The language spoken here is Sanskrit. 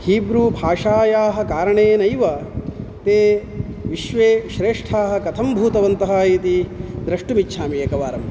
हीब्रूभाषायाः कारणेनैव ते विश्वे श्रेष्ठाः कथं भूतवन्तः इति द्रष्टुमिच्छामि एकवारं